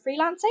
freelancing